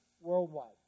worldwide